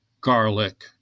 garlic